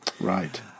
Right